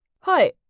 Hi